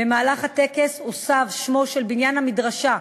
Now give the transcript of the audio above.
במהלך הטקס הוסב שמו של בניין המדרשה,